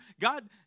God